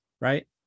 right